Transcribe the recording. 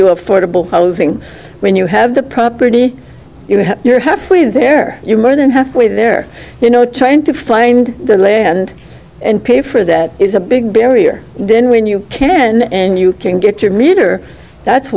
o affordable housing when you have the property you know you're halfway there you're more than halfway there you know trying to find the land and pay for that is a big barrier then when you can and you can get your meter that's